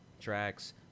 tracks